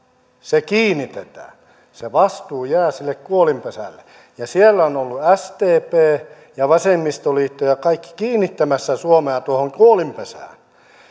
se kiinnitetään se vastuu jää sille kuolinpesälle siellä on ollut sdp ja vasemmistoliitto kaikki kiinnittämässä suomea tuohon kuolinpesään